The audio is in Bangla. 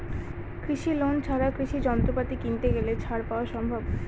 কৃষি লোন ছাড়া কৃষি যন্ত্রপাতি কিনতে গেলে ছাড় পাওয়া সম্ভব?